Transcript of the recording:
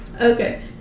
Okay